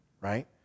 right